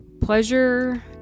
Pleasure